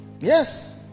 Yes